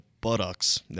buttocks